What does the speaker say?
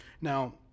Now